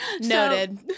noted